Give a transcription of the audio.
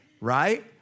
right